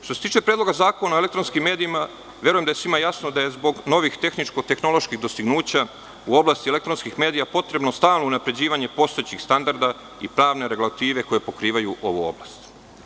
Što se tiče Predloga zakona o elektronskim medijima, verujem da je svima jasno da je zbog novih tehničko-tehnoloških dostignuća u oblasti elektronskih medija potrebno stalno unapređivanje postojećih standarda i pravne regulative koje pokrivaju ovu oblast.